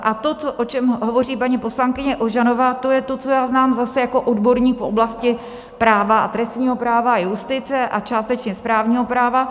A to, o čem hovoří paní poslankyně Ožanová, to je to, co já znám zase jako odborník v oblasti práva, trestního práva a justice a částečně správního práva.